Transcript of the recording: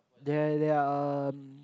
they they're a um